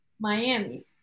Miami